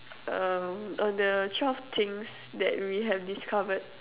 um on the twelve things that we have discovered